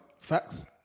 Facts